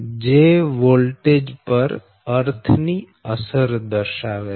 જે વોલ્ટેજ પર અર્થ ની અસર દર્શાવે છે